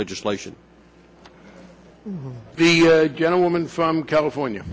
legislation the gentleman from california